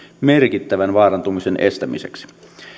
merkittävän vaarantumisen estämiseksi